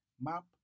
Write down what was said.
Map